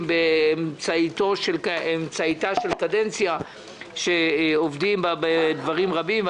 באמצע קדנציה שעובדים בה בדברים רבים,